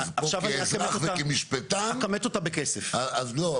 כאזרח וכמשפטן --- אני אכמת אותה בכסף --- לא,